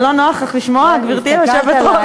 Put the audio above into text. לא נוח לך לשמוע, גברתי היושבת-ראש?